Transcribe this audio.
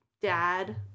dad